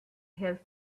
held